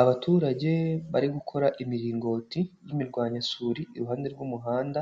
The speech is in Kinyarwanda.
Abaturage bari gukora imiringoti y'imirwanyasuri iruhande rw'umuhanda,